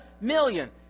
million